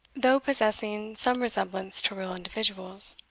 though possessing some resemblance to real individuals.